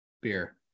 beer